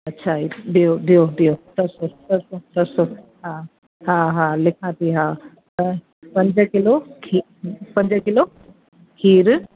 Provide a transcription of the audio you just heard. अच्छा बिहो बिहो बिहो बिहो बसि बसि बसि बसि बसो हा हा हा लिखा थी हा त पंज किलो खी पंज किलो खीर